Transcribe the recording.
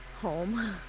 home